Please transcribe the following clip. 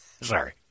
Sorry